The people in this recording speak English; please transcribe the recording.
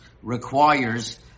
Requires